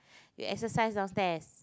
you exercise downstairs